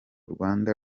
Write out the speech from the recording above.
rwanda